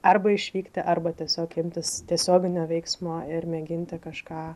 arba išvykti arba tiesiog imtis tiesioginio veiksmo ir mėginti kažką